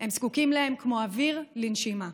הם זקוקים להם כמו אוויר לנשימה.